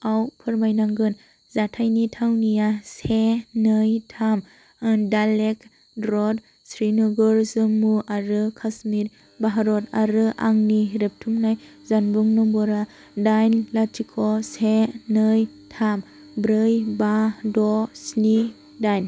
फोरमायनांगोन जाथायनि थावनिया से नै थाम दालेक्रद स्रिनगर जम्मु आरो काश्मीर भारत आरो आंनि रेबथुमनाय जानबुं नम्बरा दाइन लाथिख' से नै थाम ब्रै बा द' स्नि दाइन